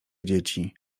dzieci